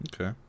Okay